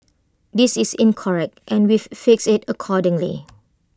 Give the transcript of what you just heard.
this is incorrect and we've fixed IT accordingly